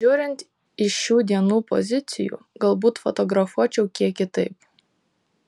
žiūrint iš šių dienų pozicijų galbūt fotografuočiau kiek kitaip